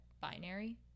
binary